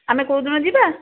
ଆମେ କେଉଁ ଦିନ ଯିବା